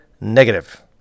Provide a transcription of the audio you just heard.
negative